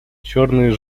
черные